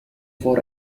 for